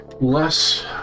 less